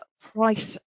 price